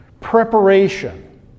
Preparation